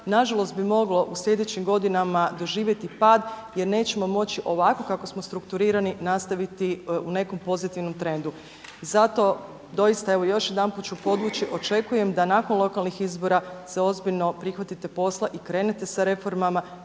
nažalost bi moglo u sljedećim godinama doživjeti pad jer nećemo moći ovako kako smo strukturirani nastaviti u nekom pozitivnom trendu. Zato doista evo još jedanput ću podvući, očekujem da nakon lokalnih izbora se ozbiljno prihvatite posla i krenete sa reformama,